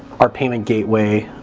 our payment gateway,